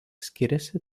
skiriasi